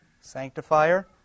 Sanctifier